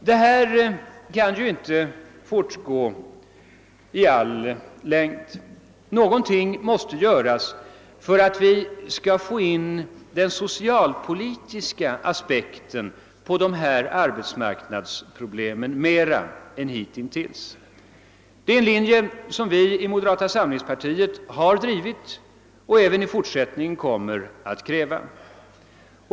Detta kan ju inte fortgå i längden. Någonting måste göras för att vi skall få in den socialpolitiska aspekten på dessa arbetsmarknadsproblem mera än hittills. Det är en linje som vi i moderata samlingspartiet har drivit och även i fortsättningen kommer att driva.